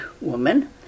woman